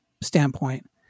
standpoint